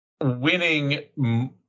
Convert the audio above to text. winning